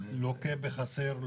לוקה בחסר,